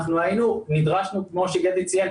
אנחנו נדרשנו כמו שגדי ציין,